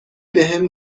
بهم